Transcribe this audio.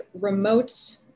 remote